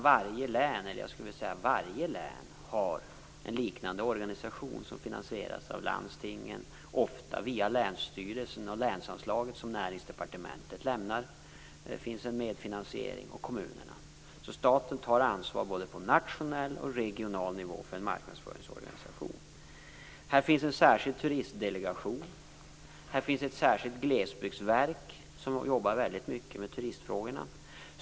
Varje län har en liknande organisation som finansieras av landstingen, ofta via länsstyrelsen och länsanslaget som Näringsdepartementet lämnar - det finns en medfinansiering där - och kommunerna. Staten tar ansvar för en marknadsföringsorganisation både på nationell och regional nivå. Här finns en särskild turistdelegation och ett särskilt glesbygdsverk som jobbar väldigt mycket med turistfrågorna.